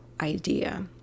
idea